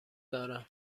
دارم